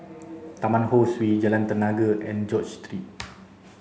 Taman Ho Swee Jalan Tenaga and George Street